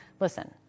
Listen